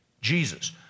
Jesus